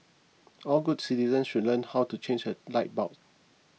all good citizens should learn how to change a light bulb